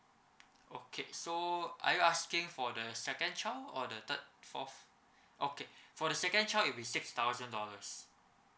okay so are you asking for the second child or the third fourth okay for the second child it'll be six thousand dollars